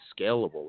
scalable